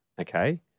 Okay